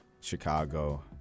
Chicago